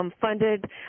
funded